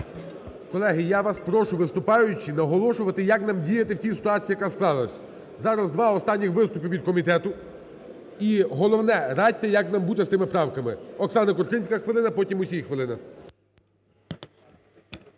Колеги, я вас прошу, виступаючи, наголошувати як нам діяти в цій ситуації, яка склалась. Зараз два останніх виступи від комітету. І головне, радьте, як нам бути з тими правками. Оксана Корчинська, хвилина. Потім – Мусій, хвилина.